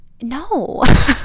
no